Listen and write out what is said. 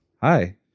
Hi